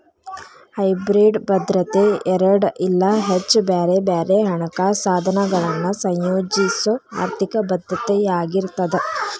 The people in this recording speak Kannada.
ಹೈಬ್ರಿಡ್ ಭದ್ರತೆ ಎರಡ ಇಲ್ಲಾ ಹೆಚ್ಚ ಬ್ಯಾರೆ ಬ್ಯಾರೆ ಹಣಕಾಸ ಸಾಧನಗಳನ್ನ ಸಂಯೋಜಿಸೊ ಆರ್ಥಿಕ ಭದ್ರತೆಯಾಗಿರ್ತದ